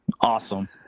awesome